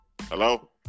Hello